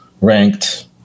ranked